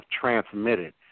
transmitted